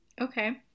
okay